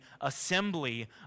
assembly